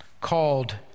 called